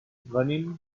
venim